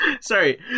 sorry